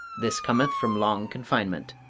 this cometh from long confinement.